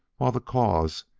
while the cause,